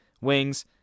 wings